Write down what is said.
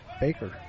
Baker